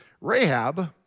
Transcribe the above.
Rahab